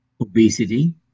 obesity